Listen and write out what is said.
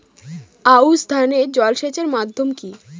আউশ ধান এ জলসেচের মাধ্যম কি?